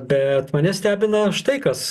bet mane stebina štai kas